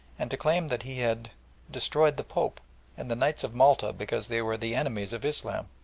and to claim that he had destroyed the pope and the knights of malta because they were the enemies of islam.